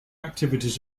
activities